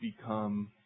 become